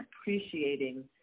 appreciating